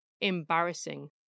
embarrassing